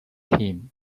him